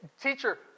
teacher